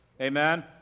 Amen